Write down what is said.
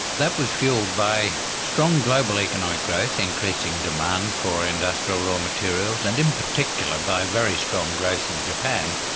that was fuelled by strong global economic growth, increasing demand for industrial raw materials and in particular by very strong growth in japan,